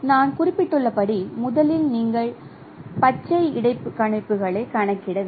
நான் குறிப்பிட்டுள்ளபடி முதலில் நீங்கள் பச்சை இடைக்கணிப்புகளைக் கணக்கிட வேண்டும்